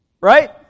Right